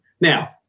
Now